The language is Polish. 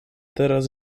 teraz